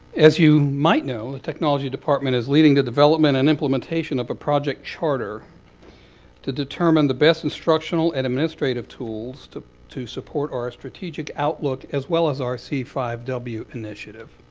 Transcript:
as you might know, the technology department is leading the development and implementation of a project charter to determine the best instructional and administrative tools to to support our strategic outlook, as well as our c five w initiative.